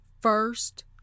First